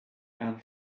and